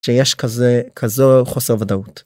שיש כזה כזאת חוסר ודאות.